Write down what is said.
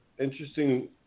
Interesting